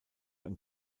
ein